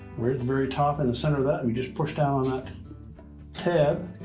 very top in the center of that, we just push down on that tab,